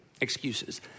excuses